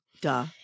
Duh